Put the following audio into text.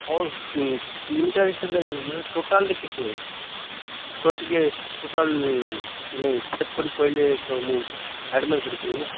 ହଉ କିଲୋମିଟର ହିସାବରେ ମାନେ ଟୋଟାଲ୍ଟା କେତେ ଆପଣ ଟିକେ ଟୋଟାଲ୍ ମାନେ ହିସାବ କରିକି କହିଲେ ତ ମୁଁ ଆଡ଼ଭାନ୍ସ ରଖିବି ନା